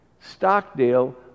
Stockdale